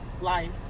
life